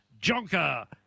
Jonker